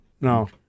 No